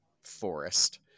forest